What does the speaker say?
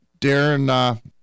Darren –